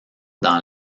dans